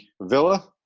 Villa